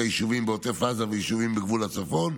היישובים בעוטף עזה ויישובים בגבול הצפון.